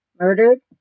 murdered